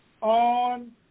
on